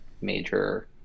major